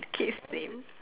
kids stain